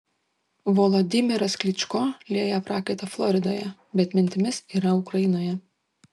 volodymyras klyčko lieja prakaitą floridoje bet mintimis yra ukrainoje